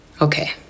okay